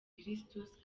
christus